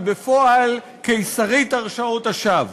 היא בפועל "קיסרית הרשעות השווא",